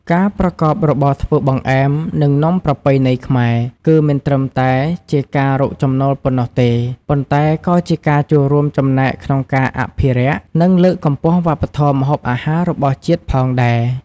ការប្រកបរបរធ្វើបង្អែម និងនំប្រពៃណីខ្មែរ គឺមិនត្រឹមតែជាការរកចំណូលប៉ុណ្ណោះទេ ប៉ុន្តែក៏ជាការចូលរួមចំណែកក្នុងការអភិរក្ស និងលើកកម្ពស់វប្បធម៌ម្ហូបអាហាររបស់ជាតិផងដែរ។